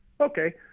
Okay